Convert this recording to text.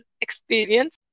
experience